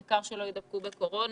העיקר שהם לא יידבקו בקורונה,